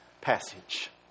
passage